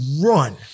run